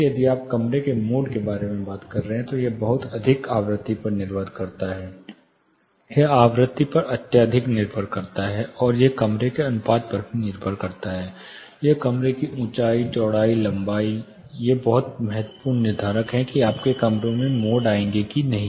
फिर जब आप कमरे के मोड के बारे में बात करते हैं तो यह बहुत अधिक आवृत्ति पर निर्भर होता है यह आवृत्ति पर अत्यधिक निर्भर है और यह कमरे के अनुपात पर भी निर्भर है यह कमरे की ऊँचाई चौड़ाई लंबाई है ये बहुत महत्वपूर्ण निर्धारक हैं कि आपके कमरे के मोड आएंगे या नहीं